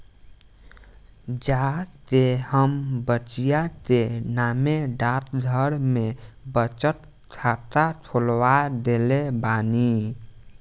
जा के हम बचिया के नामे डाकघर में बचत खाता खोलवा देले बानी